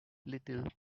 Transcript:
little